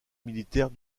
militaire